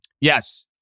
Yes